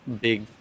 big